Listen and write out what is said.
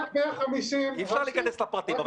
אי אפשר להיכנס לפרטים.